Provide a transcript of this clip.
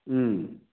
ꯎꯝ